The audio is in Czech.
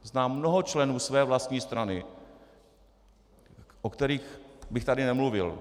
Znám mnoho členů své vlastní strany, o kterých bych tady nemluvil.